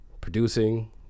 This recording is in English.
producing